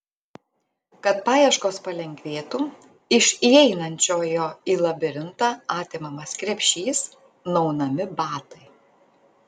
kad paieškos palengvėtų iš įeinančiojo į labirintą atimamas krepšys nuaunami batai